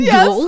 Yes